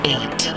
Eight